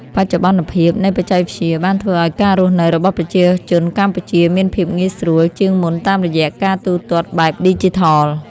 បច្ចុប្បន្នភាពនៃបច្ចេកវិទ្យាបានធ្វើឱ្យការរស់នៅរបស់ប្រជាជនកម្ពុជាមានភាពងាយស្រួលជាងមុនតាមរយៈការទូទាត់បែបឌីជីថល។